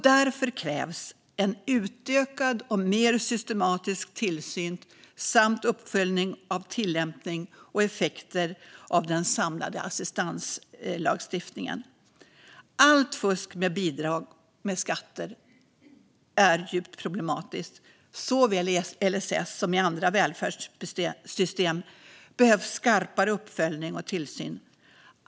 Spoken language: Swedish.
Därför krävs utökad och mer systematisk tillsyn samt uppföljning av tillämpning och effekter av den samlade assistanslagstiftningen. Allt fusk med bidrag och skatter är djupt problematiskt. Såväl i LSS som i andra välfärdssystem behövs skarpare uppföljning och tillsyn.